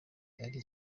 ari